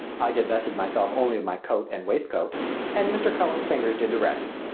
i divested myself only of my coat and waistcoat and mr. cullen's fingers did the rest.